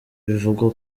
bivugwa